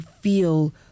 feel